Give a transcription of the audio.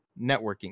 networking